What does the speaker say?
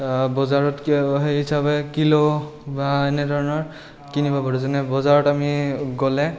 বজাৰত সেই হিচাপে কিলো বা এনেধৰণৰ কিনিব পাৰোঁ যেনে বজাৰত আমি গ'লে